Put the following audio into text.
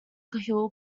hill